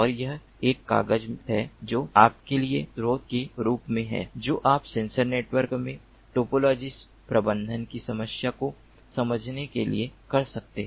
और यह एक कागज है जो आपके लिए एक स्रोत के रूप में है जो आप सेंसर नेटवर्क में टोपोलॉजी प्रबंधन की समस्या को समझने के लिए कर सकते हैं